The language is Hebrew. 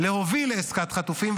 להוביל לעסקת חטופים,